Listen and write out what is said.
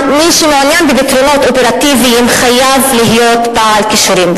מי שמעוניין בפתרונות אופרטיביים חייב להיות בעל כישורים,